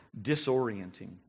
disorienting